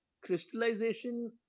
crystallization